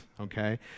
okay